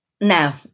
now